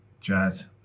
jazz